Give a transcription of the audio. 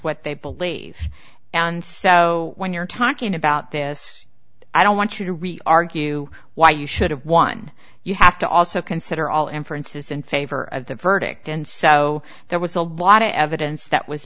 what they believe and so when you're talking about this i don't want you to argue why you should have one you have to also consider all inferences in favor of the verdict and so there was a lot of evidence that was